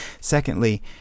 Secondly